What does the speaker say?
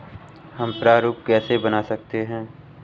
हम प्रारूप कैसे बना सकते हैं?